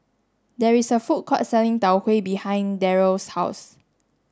there is a food court selling Tau Huay behind Darrell's house